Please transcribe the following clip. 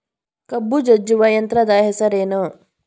ಕಬ್ಬು ಜಜ್ಜುವ ಯಂತ್ರದ ಹೆಸರೇನು?